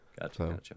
Gotcha